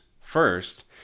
first